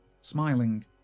smiling